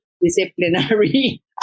disciplinary